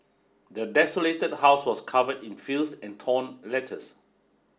the desolated house was covered in filth and torn letters